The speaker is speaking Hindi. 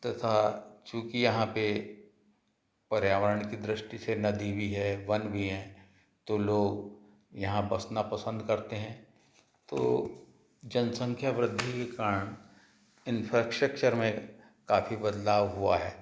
तथा चूँकि यहाँ पर पर्यावरण की दृष्टि से नदी भी है वन भी हैं तो लोग यहाँ बसना पसंद करते हैं तो जनसंख्या वृद्धि के कारण इंफ्रास्ट्रक्चर में काफ़ी बदलाव हुआ है